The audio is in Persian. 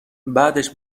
بعدش